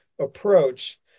approach